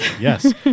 Yes